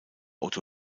otto